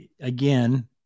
again